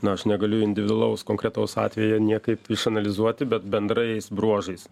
na aš negaliu individualaus konkretaus atvejo niekaip išanalizuoti bet bendrais bruožais